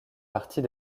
partie